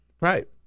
Right